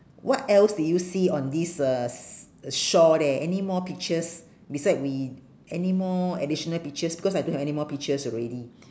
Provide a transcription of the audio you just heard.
what else did you see on this uh s~ shore there anymore pictures beside we anymore additional pictures because I don't have anymore pictures already